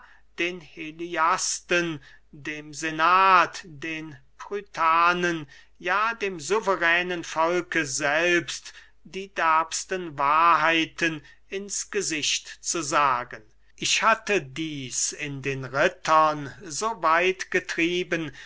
den heliasten dem senat den prytanen ja dem suveränen volke selbst die derbesten wahrheiten ins gesicht zu sagen ich hatte dieß in den rittern so weit getrieben